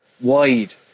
Wide